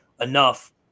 enough